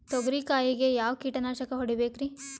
ತೊಗರಿ ಕಾಯಿಗೆ ಯಾವ ಕೀಟನಾಶಕ ಹೊಡಿಬೇಕರಿ?